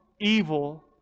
evil